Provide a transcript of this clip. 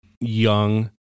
young